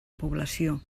població